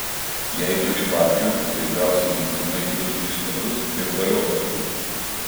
jei turi babkių tai gausi lygtinai du tris metus ir valio paskui